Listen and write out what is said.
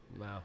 Wow